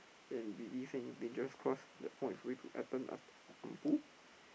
then Vidi sent in dangerous cross that points way to